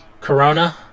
Corona